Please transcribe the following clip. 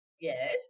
yes